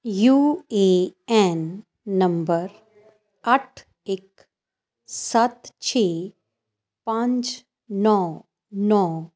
you A N number ਅੱਠ ਇੱਕ ਸੱਤ ਛੇ ਪੰਜ ਨੌਂ ਨੌਂ